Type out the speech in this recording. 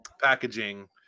packaging